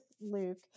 Luke